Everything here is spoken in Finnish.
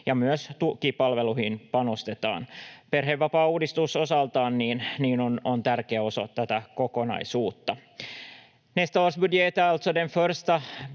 ja myös tukipalveluihin panostetaan. Perhevapaauudistus on osaltaan tärkeä osa tätä kokonaisuutta. Nästa års budget